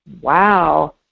wow